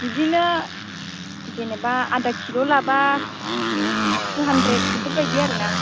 बिदिनो जेनेबा आदाकिल' लाबा तुहान्द्रेद बेफोरबायदि आरोना